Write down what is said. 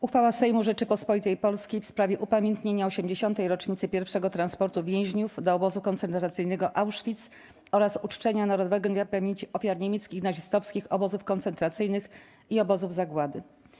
Uchwała Sejmu Rzeczypospolitej Polskiej w sprawie upamiętnienia 80. rocznicy pierwszego transportu więźniów do obozu koncentracyjnego Auschwitz oraz uczczenia Narodowego Dnia Pamięci Ofiar Niemieckich Nazistowskich Obozów Koncentracyjnych i Obozów Zagłady.